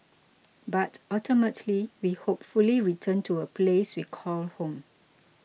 but ultimately we hopefully return to a place we call home